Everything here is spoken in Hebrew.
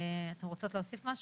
אתן רוצות להוסיף משהו?